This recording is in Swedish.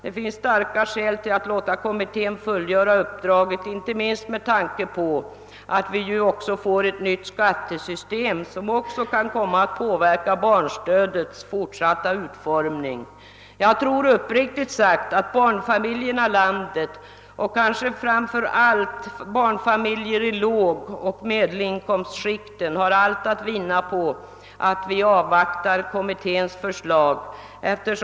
Det finns starka skäl att låta kommittén fullgöra uppdraget, inte minst med tanke på att vi får ett nytt skattesystem som också kan komma att påverka barnstödets fortsatta utformning. Jag tror uppriktigt sagt att barnfamiljerna i landet — och kanske framför allt barnfamiljer i lågoch medelinkomstskikten — har allt att vinna på att kommitténs förslag avvaktas.